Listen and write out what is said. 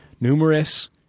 Numerous